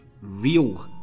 Real